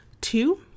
Two